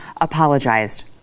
apologized